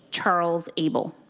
charles able.